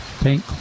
Pink